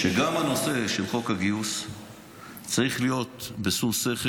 שגם נושא חוק הגיוס צריך להיות בשום שכל